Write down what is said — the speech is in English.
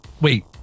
Wait